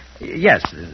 yes